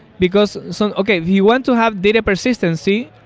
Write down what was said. because, so okay if you want to have data persistency,